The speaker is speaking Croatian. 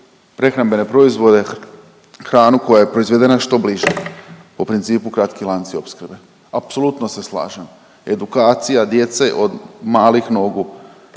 prehrambene proizvode, hranu koja je proizvedena što bliže, u principu kratki lanci opskrbe. Apsolutno se slažem, edukacija djece od malih nogu